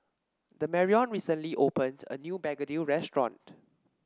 Damarion recently opened a new Begedil restaurant